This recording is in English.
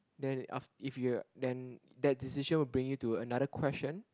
then af~ if you're then that decision will bring you to another question